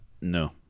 No